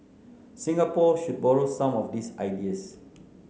Singapore should borrow some of these ideas